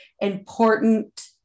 important